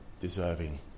Deserving